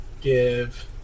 give